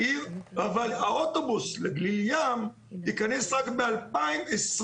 אבל האוטובוס לגליל ים ייכנס רק ב-2025.